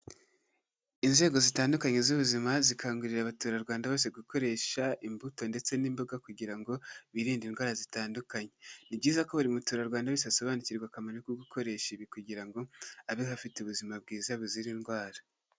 Inzego zitandukanye z'ubuzima zikangurira abaturarwanda bose gukoresha imbuto ndetse n'imboga kugira ngo birinde indwara zitandukanye. Ni byiza ko buri muturarwanda wese asobanukirwa akamaro ko gukoresha ibi kugira ngo abeho afite ubuzima bwiza buzira indwara.